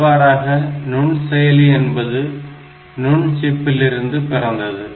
இவ்வாறாக நுண்செயலி என்பது நுண்சிப்பிலிருந்து பிறந்தது